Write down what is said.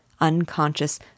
unconscious